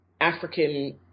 African